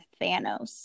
Thanos